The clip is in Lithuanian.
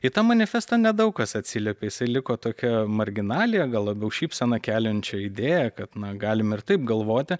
į tą manifestą nedaug kas atsiliepė jisai liko tokia marginalija gal labiau šypseną keliančia idėja kad na galime ir taip galvoti